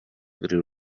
ryw